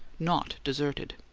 not deserted.